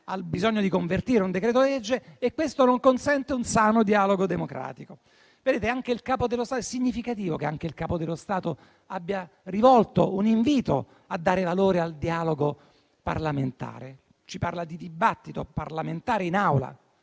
al bisogno di convertire un decreto-legge e questo non consente un sano dialogo democratico. È significativo che anche il Capo dello Stato abbia rivolto un invito a dare valore al dialogo parlamentare. Si parla di dibattito parlamentare in Aula,